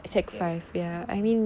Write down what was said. okay